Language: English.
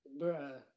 Bruh